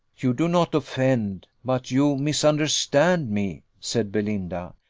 you do not offend, but you misunderstand me, said belinda.